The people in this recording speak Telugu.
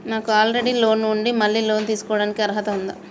నాకు ఆల్రెడీ లోన్ ఉండి మళ్ళీ లోన్ తీసుకోవడానికి అర్హత ఉందా?